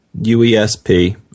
UESP